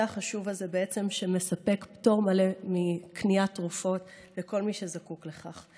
החשוב הזה ומספק פטור מלא מקניית תרופות לכל מי שזקוק לכך.